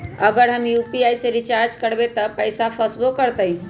अगर हम यू.पी.आई से रिचार्ज करबै त पैसा फसबो करतई?